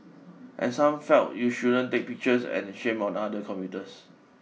and some felt you shouldn't take pictures and shame on other commuters